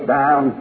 down